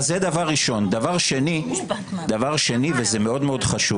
דבר שני, וזה מאוד חשוב